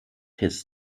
his